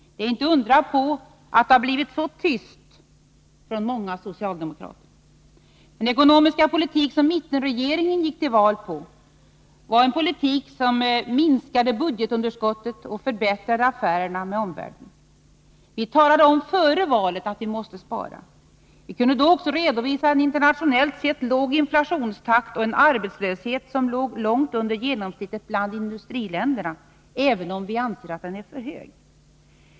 Det är inte att undra på att det har blivit så tyst från många socialdemokrater. Den ekonomiska politik som mittenregeringen gick till val på var en politik som minskade budgetunderskottet och förbättrade affärerna med omvärlden. Vi talade om före valet att vi måste spara. Vi kunde då också redovisa en internationellt sett låg inflationstakt och en arbetslöshet som låg långt under genomsnittet bland industriländerna, även om vi ansåg att den var för hög.